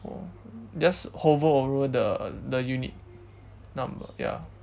just hover over the the unit number ya